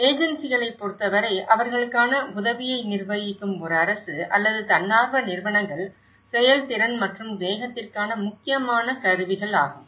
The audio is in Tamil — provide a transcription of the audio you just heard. ஏஜென்சிகளைப் பொறுத்தவரை அவர்களுக்கான உதவியை நிர்வகிக்கும் ஒரு அரசு அல்லது தன்னார்வ நிறுவனங்கள் செயல்திறன் மற்றும் வேகத்திற்கான முக்கியமான கருவிகள் ஆகும்